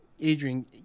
adrian